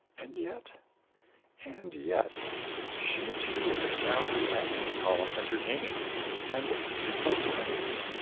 and yet and yet she, too, had found the agony column entertaining and quite nice.